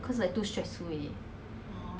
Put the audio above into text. ya